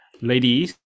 ladies